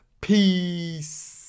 Peace